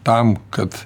tam kad